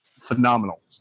phenomenal